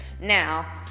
Now